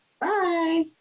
Bye